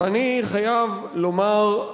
ואני חייב לומר,